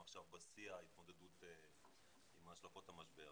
עכשיו בשיא ההתמודדות עם השלכות המשבר,